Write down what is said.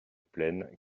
plaine